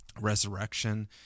resurrection